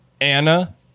Anna